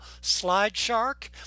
SlideShark